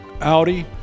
Audi